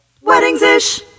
Weddings-ish